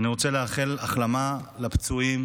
אני רוצה לאחל החלמה לפצועים